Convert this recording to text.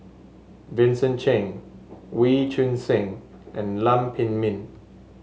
Vincent Cheng Wee Choon Seng and Lam Pin Min